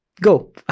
go